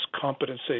competency